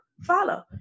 follow